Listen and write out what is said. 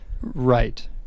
Right